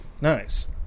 Nice